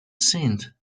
sand